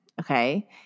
okay